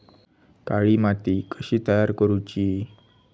काळी माती कशी तयार करूची?